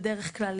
בדרך כלל,